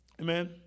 Amen